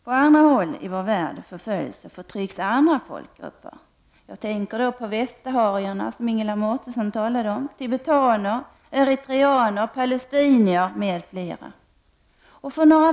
På andra håll i vår värld förföljs och förtrycks andra folkgrupper. Jag tänker på västsaharierna, som Ingela Mårtensson talade om, tibetanerna, eritreanerna, palestinierna och andra.